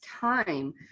time